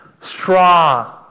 straw